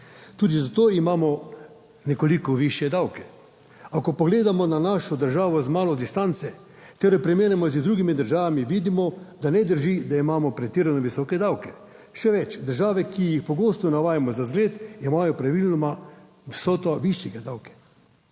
Tudi zato imamo nekoliko višje davke. A ko pogledamo na našo državo z malo distance ter jo primerjamo z drugimi državami, vidimo, da ne drži, da imamo pretirano visoke davke. Še več, države, ki jih pogosto navajamo za zgled, imajo praviloma vsoto višje davke.